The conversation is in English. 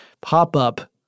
pop-up